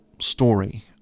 story